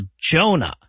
JONAH